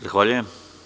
Zahvaljujem.